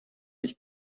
ich